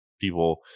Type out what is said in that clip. people